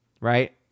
right